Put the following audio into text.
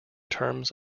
terms